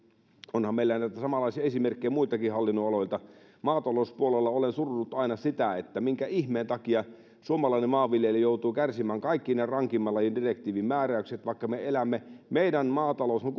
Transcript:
onhan meillä näitä samanlaisia esimerkkejä muiltakin hallinnonaloilta maatalouspuolella olen surrut aina sitä minkä ihmeen takia suomalainen maanviljelijä joutuu kärsimään kaikki ne rankimman lajin direktiivimääräykset vaikka meidän maatalous on